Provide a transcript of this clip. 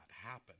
happen